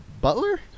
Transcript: butler